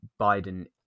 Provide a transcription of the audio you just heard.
Biden